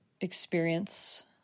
experience